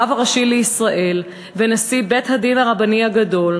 הרב הראשי לישראל ונשיא בית-הדין הרבני הגדול,